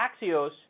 Axios